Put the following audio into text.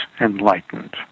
enlightened